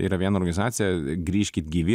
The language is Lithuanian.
yra viena organizacija grįžkit gyvi